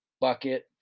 bucket